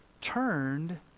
Turned